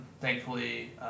Thankfully